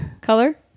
color